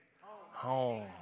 home